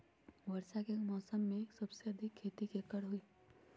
वर्षा के मौसम में सबसे अधिक खेती केकर होई?